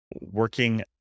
working